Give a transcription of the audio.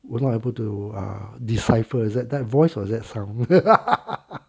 was not able to um decipher the that voice was that sound